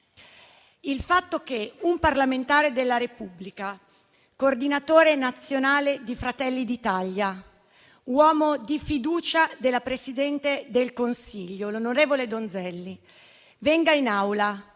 Il fatto che un parlamentare della Repubblica, coordinatore nazionale di Fratelli d'Italia, uomo di fiducia della Presidente del Consiglio, l'onorevole Donzelli, venga in Aula